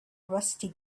rusty